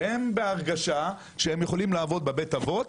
והם בהרגשה שהם יכולים לעבוד בבית אבות